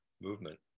movement